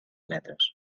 metres